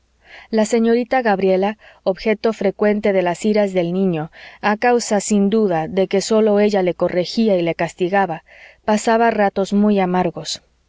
la señorita gabriela objeto frecuente de las iras del niño a causa sin duda de que sólo ella le corregía y le castigaba pasaba ratos muy amargos